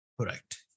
Correct